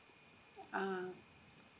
ah